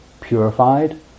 purified